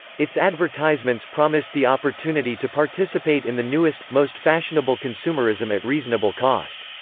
its advertisements promised the opportunity to participate in the newest, most fashionable consumerism at reasonable cost.